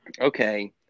okay